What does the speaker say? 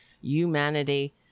humanity